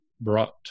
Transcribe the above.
brought